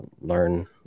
learn